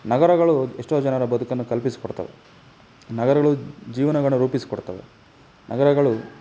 ನಗರಗಳು ಎಷ್ಟೋ ಜನರ ಬದುಕನ್ನು ಕಲ್ಪಿಸಿಕೊಡ್ತವೆ ನಗರಗಳು ಜೀವನಗಳನ್ನ ರೂಪಿಸಿಕೊಡ್ತವೆ ನಗರಗಳು